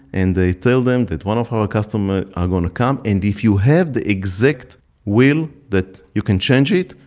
and they tell them that one of our customer are going to come, and if you have the exact wheel that you can change it?